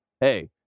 hey